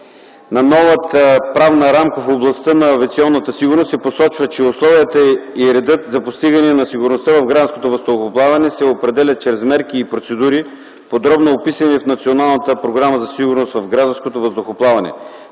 на новата правна рамка в областта на авиационната сигурност се посочва, че условията и реда за постигане на сигурността в гражданското въздухоплаване се определят чрез мерки и процедури, подробно описани в Националната програма